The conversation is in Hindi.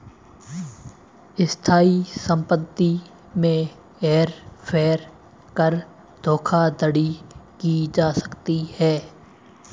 स्थायी संपत्ति में हेर फेर कर धोखाधड़ी की जा सकती है